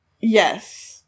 Yes